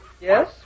yes